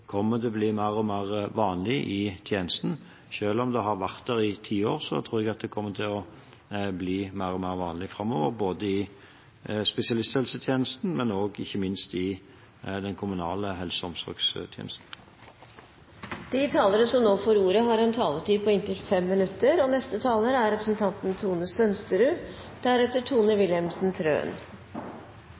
kommer til å bli mer og mer vanlig i tjenesten. Selv om det har vært der i ti år, tror jeg det kommer til å bli mer og mer vanlig framover, både i spesialisthelsetjenesten og ikke minst i den kommunale helse- og omsorgstjenesten. Først takk til interpellanten for å reise en viktig debatt. Gledelig er det at det er